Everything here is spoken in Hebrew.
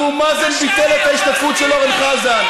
אבו מאזן ביטל את ההשתתפות של אורן חזן.